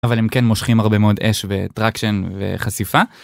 אבל הם כן מושכים הרבה מאוד אש וטרקשן וחשיפה.